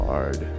Hard